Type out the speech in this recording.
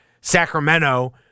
Sacramento